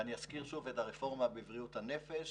אני אזכיר שוב את הרפורמה בבריאות הנפש